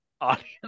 audience